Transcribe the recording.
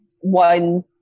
one